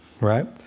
right